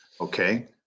Okay